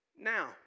Now